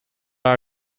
are